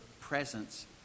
presence